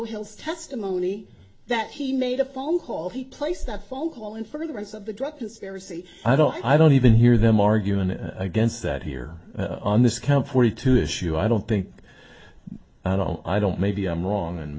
hill's testimony that he made a phone call he placed that phone call in furtherance of the drug conspiracy i don't i don't even hear them arguing against that here on this count forty two issue i don't think i don't i don't maybe i'm wrong and